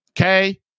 Okay